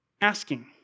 asking